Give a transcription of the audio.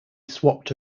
swapped